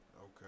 Okay